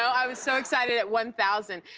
i was so excited at one thousand.